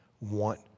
want